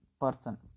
person